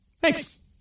Thanks